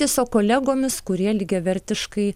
tiesiog kolegomis kurie lygiavertiškai